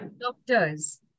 doctors